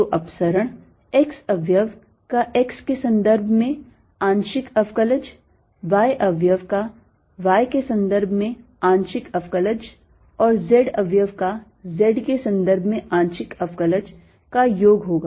तो अपसरण x अवयव का x के सन्दर्भ में आंशिक अवकलज y अवयव का y के सन्दर्भ में आंशिक अवकलज और z अवयव का z के सन्दर्भ में आंशिक अवकलज का योग होगा